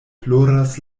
ploras